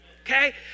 Okay